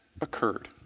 occurred